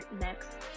next